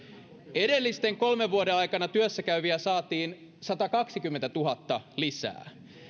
edellisten kolmen vuoden aikana työssäkäyviä saatiin satakaksikymmentätuhatta lisää